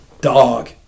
dog